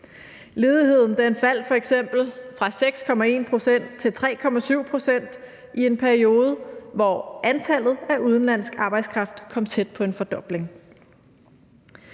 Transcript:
Ledigheden faldt f.eks. fra 6,1 pct. til 3,7 pct. i en periode, hvor antallet af udenlandsk arbejdskraft kom tæt på en fordobling.